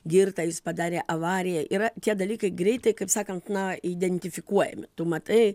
girtą jis padarė avariją yra tie dalykai greitai kaip sakant na identifikuojami tu matai